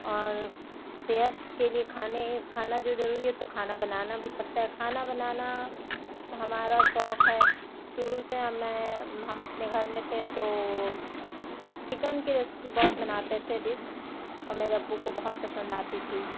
اور صحت کے لیے کھانے کھانا جو ضروری ہے تو کھانا بنانا بھی پرتا ہے کھانا بنانا ہمارا شوق ہے شروع سے ہمیں ہم اپنے گھر میں تھے تو چکن کی ریسیپی بہت بناتے تھے ڈسک اور میرے ابو کو بہت پسند آتی تھی